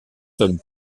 sommes